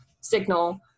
signal